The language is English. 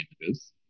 images